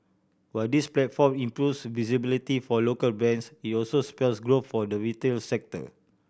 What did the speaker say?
while this platform improves visibility for local brands it also spells growth for the retail sector